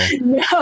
No